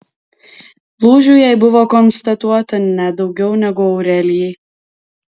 lūžių jai buvo konstatuota net daugiau negu aurelijai